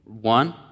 One